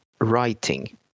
writing